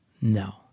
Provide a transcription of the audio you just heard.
No